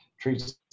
treats